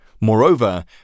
Moreover